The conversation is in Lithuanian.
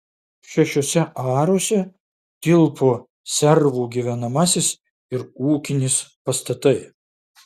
šešiuose aruose tilpo servų gyvenamasis ir ūkinis pastatai